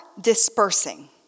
dispersing